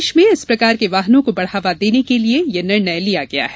देश में इस प्रकार के वाहनों को बढ़ावा देने के लिए यह निर्णय किया गया है